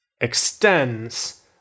extends